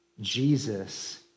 Jesus